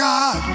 God